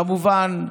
כמובן,